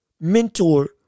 mentor